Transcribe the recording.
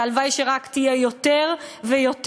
והלוואי שרק תהיה יותר ויותר,